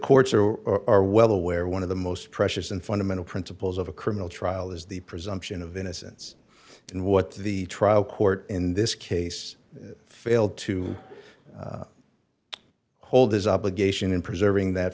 courts are or are well aware one of the most precious and fundamental principles of a criminal trial is the presumption of innocence and what the trial court in this case failed to hold his obligation in preserving that